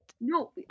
no